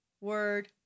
word